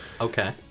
Okay